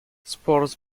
spores